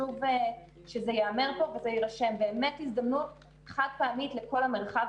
חשוב שזה ייאמר פה ויירשם באמת הזדמנות חד פעמית למרחב.